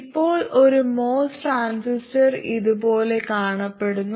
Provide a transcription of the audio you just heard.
ഇപ്പോൾ ഒരു MOS transistor ഇത് പോലെ കാണപ്പെടുന്നു